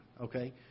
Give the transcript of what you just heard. Okay